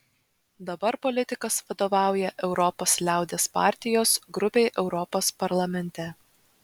dabar politikas vadovauja europos liaudies partijos grupei europos parlamente